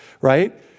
right